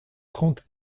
trente